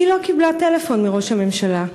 היא לא קיבלה טלפון מראש הממשלה,